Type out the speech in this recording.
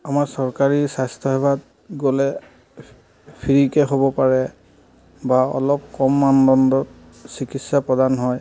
আমাৰ চৰকাৰী স্বাস্থ্যসেৱাত গ'লে ফ্ৰীকৈ হ'ব পাৰে বা অলপ কম মানদণ্ডৰ চিকিৎসা প্ৰদান হয়